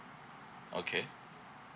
okay